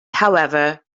however